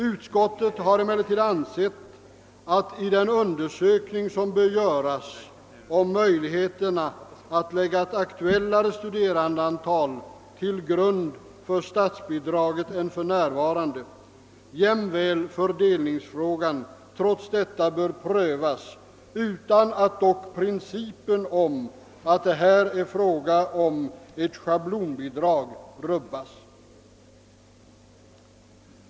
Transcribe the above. Utskottet har emellertid ansett att även fördelningsfrågan skall prövas i den undersökning, som bör göras om möjligheterna att lägga ett aktuellare studerandeantal än för närvarande till grund för statsbidraget. Principen att det här är fråga om ett schablonavdrag bör dock ej rubbas.